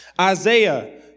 Isaiah